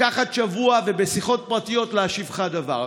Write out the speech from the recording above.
לקחת שבוע, ובשיחות פרטיות להשיב לך דבר.